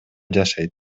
жашайт